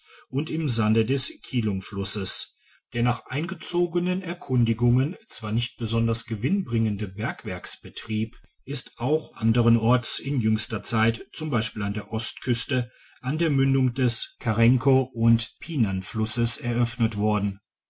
und im sande des kilungflusses der nach eingezogenen erkundigungen zwar nicht besonders gewinnbringende bergwerksbetrieb ist auch anderen orts in jüngster zeit z b an der ostküste an der mündung des digitized by google karenko und pinanflusses eröffnet worden